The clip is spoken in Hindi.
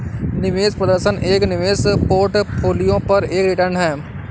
निवेश प्रदर्शन एक निवेश पोर्टफोलियो पर एक रिटर्न है